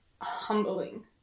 humbling